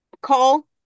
Cole